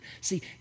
See